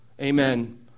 Amen